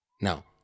Now